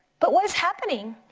but what is happening?